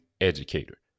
Educator